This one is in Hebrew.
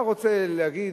אתה רוצה להגיד,